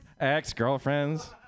ex-girlfriends